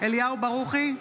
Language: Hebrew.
אליהו ברוכי,